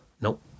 nope